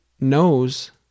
knows